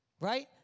Right